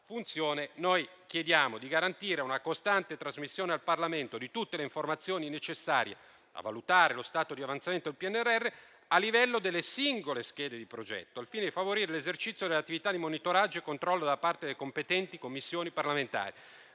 funzione, chiediamo di garantire una costante trasmissione al Parlamento di tutte le informazioni necessarie a valutare lo stato di avanzamento del PNRR a livello delle singole schede di progetto, al fine di favorire l'esercizio delle attività di monitoraggio e controllo da parte delle competenti Commissioni parlamentari.